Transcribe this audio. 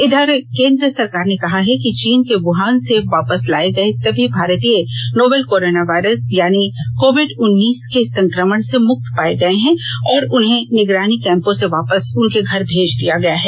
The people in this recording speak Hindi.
इधर केंद्र सरकार ने कहा है कि चीन के वुहान से वापस लाए गए सभी भारतीय नोवेल कोरोना वायरस यानि कोविड उन्नीस के संक्रमण से मुक्त पाए गए हैं और उन्हें निगरानी कैंपों से वापस उनके घर भेज दिया गया है